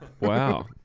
Wow